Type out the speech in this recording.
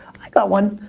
i got one.